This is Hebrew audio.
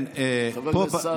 איפה אתה?